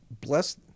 bless